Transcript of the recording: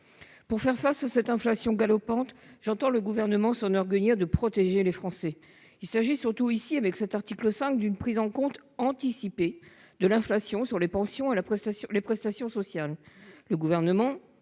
concitoyens. Face à cette inflation galopante, j'entends le Gouvernement s'enorgueillir de protéger les Français. Or il s'agit surtout, dans cet article 5, d'une prise en compte anticipée de l'inflation sur les pensions et les prestations sociales.